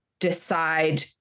decide